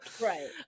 Right